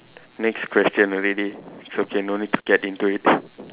next question already it's okay no need to get into it